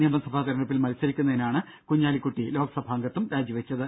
നിയമസഭാ തെരഞ്ഞെടുപ്പിൽ മത്സരിക്കുന്നതിനാണ് കുഞ്ഞാലിക്കുട്ടി ലോക്സഭാംഗത്വം രാജിവെച്ചത്